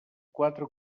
quatre